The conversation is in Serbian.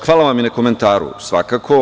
Hvala vam i na komentaru svakako.